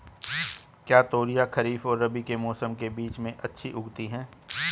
क्या तोरियां खरीफ और रबी के मौसम के बीच में अच्छी उगती हैं?